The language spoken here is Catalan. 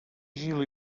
gil